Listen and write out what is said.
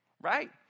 Right